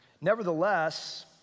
nevertheless